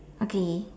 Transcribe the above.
okay